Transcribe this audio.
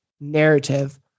narrative